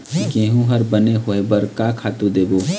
गेहूं हर बने होय बर का खातू देबो?